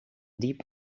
diep